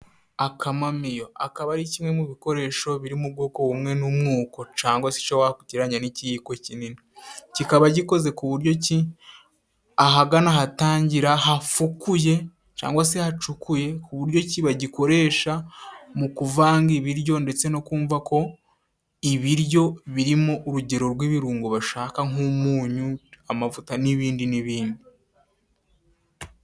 Akamamiyo akaba ari kimwe mu bikoresho biri mu bwoko bumwe mwuko cangwa si icyo wagereranya nikiyiko kinini. Kikaba gikoze ku buryo ki ahagana ahatangira hafukuye cangwa si hacukuye ku buryo ki bagikoresha mu kuvanga ibiryo ndetse no kumva ko ibiryo birimo urugero rw'ibirungo bashaka nk'umunyu, amavuta n'ibindi n'ibindi.